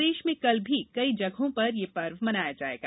प्रदेश में कल भी कई जगहों पर यह पर्व मनाया जायेगा